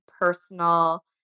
personal